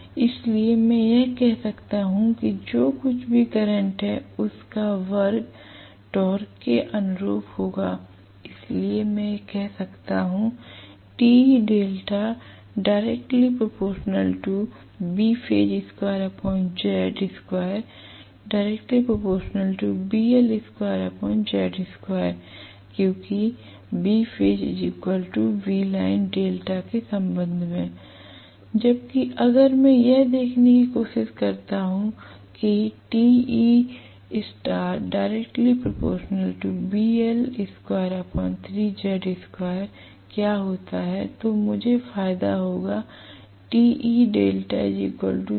इसलिए मैं यह कह सकता हूं कि जो कुछ भी करंट है उसका वर्ग टॉर्क के अनुरूप होगा इसलिए मैं कह सकता हूं क्योंकि डेल्टा के संबंध मे l जबकि अगर मैं यह देखने की कोशिश करता हूं कि क्या है तो मुझे फायदा होगा